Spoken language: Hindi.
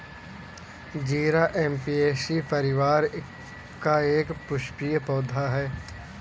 जीरा ऍपियेशी परिवार का एक पुष्पीय पौधा है